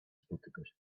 spotykać